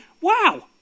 wow